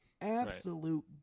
Absolute